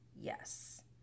yes